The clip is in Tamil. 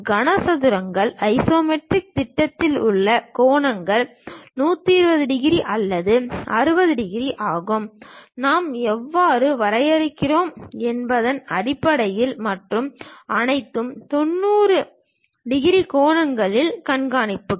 கனசதுரத்தின் ஐசோமெட்ரிக் திட்டத்தில் உள்ள கோணங்கள் 120 டிகிரி அல்லது 60 டிகிரி ஆகும் நாம் எவ்வாறு வரையறுக்கிறோம் என்பதன் அடிப்படையில் மற்றும் அனைத்தும் 90 டிகிரி கோணங்களின் கணிப்புகள்